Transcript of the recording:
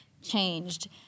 changed